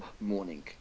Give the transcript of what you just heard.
morning